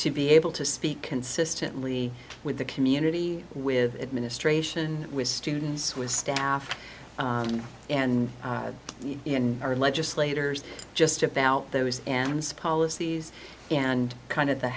to be able to speak consistently with the community with administration with students with staff and in our legislators just about those ends policies and kind of the